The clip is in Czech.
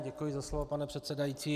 Děkuji za slovo, pane předsedající.